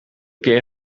keer